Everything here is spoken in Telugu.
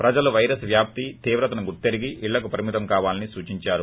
ప్రజలు వైరస్ వ్యాప్తి తీవ్రతను గుర్తెరిగి ఇళ్లకు పరిమితం కావాలని సూచించారు